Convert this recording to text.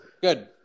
Good